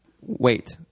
Wait